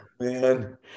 man